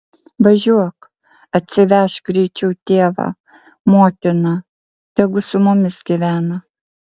važiuok atsivežk greičiau tėvą motiną tegu su mumis gyvena